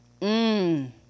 mmm